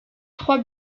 trois